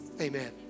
amen